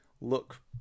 look